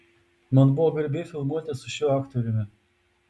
man buvo garbė filmuotis su šiuo aktoriumi